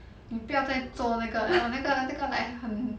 你不要再做那个那个那个 like 很